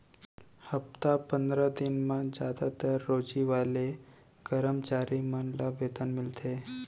हप्ता पंदरा दिन म जादातर रोजी वाले करम चारी मन ल वेतन मिलथे